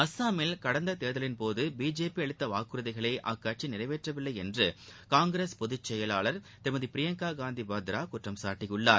அசாமில் கடந்த தேர்தலின் போது பிஜேபி அளித்த வாக்குறுதிகளை அக்கட்சி நிறைவேற்றவில்லை என்று காங்கிரஸ் பொதுச்செயலாளர் திருமதி பிரியங்கா காந்தி வாத்ரா குற்றம்சாட்டியுள்ளார்